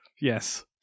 yes